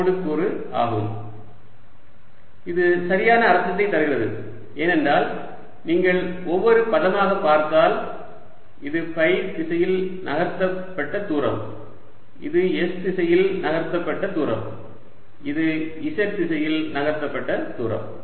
dl sds sdϕ dss dzz இது சரியான அர்த்தத்தைத் தருகிறது ஏனென்றால் நீங்கள் ஒவ்வொரு பதமாக பார்த்தால் இது ஃபை திசையில் நகர்த்தப்பட்ட தூரம் இது s திசையில் நகர்த்தப்பட்ட தூரம் இது z திசையில் நகர்த்தப்பட்ட தூரம்